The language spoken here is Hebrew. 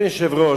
אדוני היושב-ראש,